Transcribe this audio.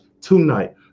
tonight